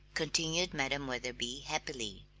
continued madam wetherby happily.